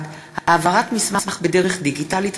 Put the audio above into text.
10) (העברת מסמך בדרך דיגיטלית),